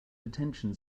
detention